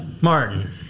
Martin